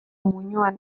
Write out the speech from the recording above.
muinoan